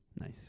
Nice